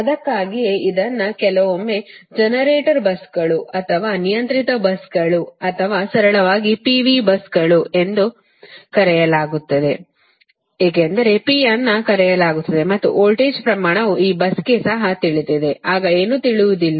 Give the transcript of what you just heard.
ಅದಕ್ಕಾಗಿಯೇ ಇದನ್ನು ಕೆಲವೊಮ್ಮೆ ಜನರೇಟರ್ ಬಸ್ಸುಗಳು ಅಥವಾ ನಿಯಂತ್ರಿತ ಬಸ್ಸುಗಳು ಅಥವಾ ಸರಳವಾಗಿ P V ಬಸ್ಸುಗಳು ಎಂದು ಕರೆಯಲಾಗುತ್ತದೆ ಏಕೆಂದರೆ P ಅನ್ನು ಕರೆಯಲಾಗುತ್ತದೆ ಮತ್ತು ವೋಲ್ಟೇಜ್ ಪ್ರಮಾಣವು ಈ ಬಸ್ಗೆ ಸಹ ತಿಳಿದಿದೆ ಆಗ ಏನು ತಿಳಿದಿಲ್ಲ